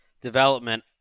development